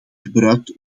gebruikt